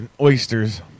oysters